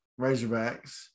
Razorbacks